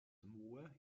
moor